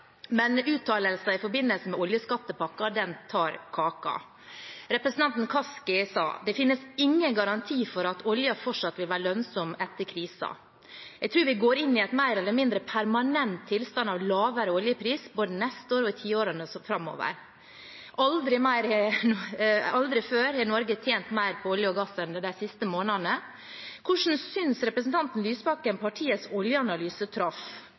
men uttalelser i forbindelse med oljeskattepakken tar kaka. Representanten Kaski sa: Det finnes ingen garanti for at oljen fortsatt vil være lønnsom etter krisen. Og videre: «Jeg tror vi går inn i en mer eller mindre permanent tilstand av lavere oljepris nå, både neste år og i tiårene framover.» Aldri før har Norge tjent mer på olje og gass enn de siste månedene. Hvordan synes representanten Lysbakken partiets oljeanalyse traff,